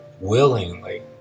willingly